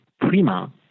Prima